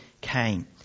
came